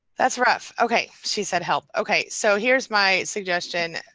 that's rough. okay, she said help okay? so here's my suggestion.